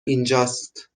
اینجاست